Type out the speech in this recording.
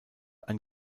ein